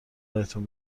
بهتون